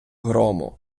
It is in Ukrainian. грому